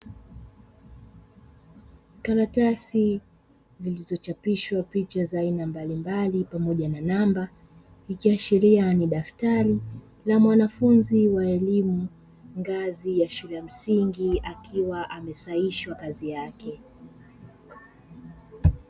Karatasi zilizo chapishwa picha za aina mbalimbali pamoja na namba, ikiashiria ni daftari la mwanafunzi wa elimu ngazi ya shule ya msingi akiwa amesahishwa kazi yake.